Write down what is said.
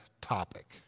topic